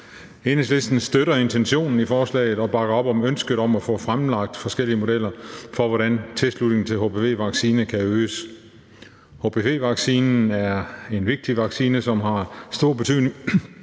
Enhedslisten støtter intentionen i forslaget og bakker op om ønsket om at få fremlagt forskellige modeller for, hvordan tilslutningen til hpv-vaccinen kan øges. Hpv-vaccinen er en vigtig vaccine, som har stor betydning